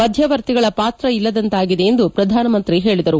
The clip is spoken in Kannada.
ಮಧ್ಯವರ್ತಿಗಳ ಪಾತ್ರ ಇಲ್ಲದಂತಾಗಿದೆ ಎಂದು ಪ್ರಧಾನ ಮಂತ್ರಿ ಹೇಳದರು